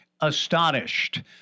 astonished